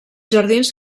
jardins